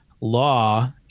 law